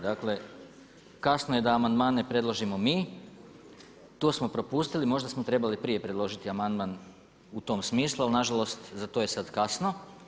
Dakle kasno je da amandmane predložimo mi, to smo propustili, možda smo trebali prije predložiti amandman u tom smislu, ali nažalost za to je sada kasno.